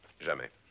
Jamais